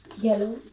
Yellow